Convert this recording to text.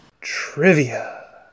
Trivia